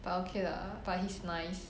but okay lah but he's nice